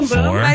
Four